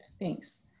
Thanks